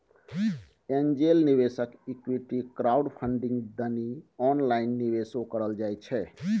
angel निवेशक equity crowdfunding दनी online निवेशो करइ छइ